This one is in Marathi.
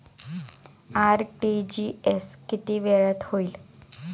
आर.टी.जी.एस किती वेळात होईल?